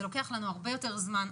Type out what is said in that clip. זה לוקח לנו הרבה יותר זמן,